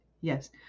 Yes